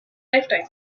lifetime